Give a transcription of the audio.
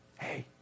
hey